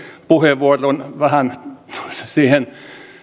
puheenvuoron vähän siihen